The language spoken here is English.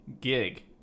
gig